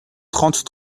trente